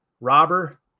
Robber